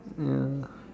ya